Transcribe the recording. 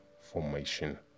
formation